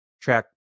track